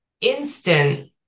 instant